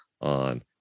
on